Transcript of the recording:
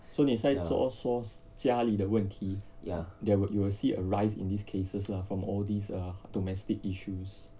so 你现在说家里的问题 there will you will see a rise in these cases lah from all these uh domestic issues